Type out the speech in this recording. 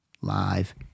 live